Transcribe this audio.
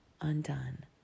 undone